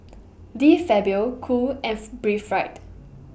De Fabio Cool F Breathe Right